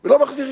ולא מחזירים.